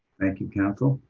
thank you council,